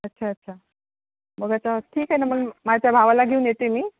अच्छा अच्छा मग आता ठीक आहे ना मग माझ्या भावाला घेऊन येते मी